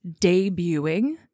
debuting